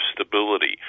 stability